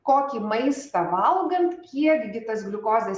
kokį maistą valgant kiek gi tas gliukozės